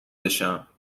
بشم